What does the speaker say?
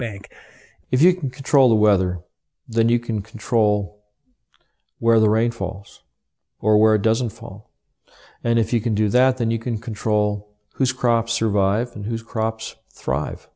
bank if you control the weather than you can control where the rain falls or where doesn't fall and if you can do that then you can control whose crops survive and whose crops thrive